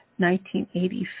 1980